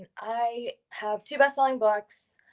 and i have two bestselling books.